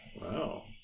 Wow